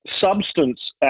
substance